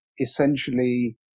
essentially